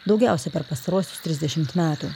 daugiausia per pastaruosius trisdešimt metų